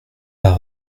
pas